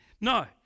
No